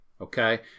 Okay